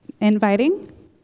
inviting